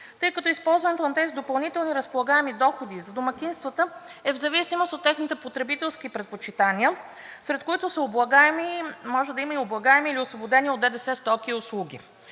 тъй като използването на тези допълнителни разполагаеми доходи за домакинствата, е в зависимост от техните потребителски предпочитания, сред които са облагаеми, може би необлагаеми, или освободени от ДДС стоки и услуги.